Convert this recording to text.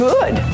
Good